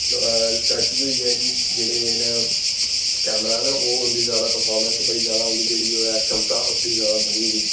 तरक्की होई ऐ कि जेह्ड़े एह् न कैमरा न ओह् उं'दी जैदा परफार्मेंस बड़ी जैदा उं'दी जेह्ड़ी ओह् ऐ क्षमता ओह् बड़ी जैदा बधी गेदी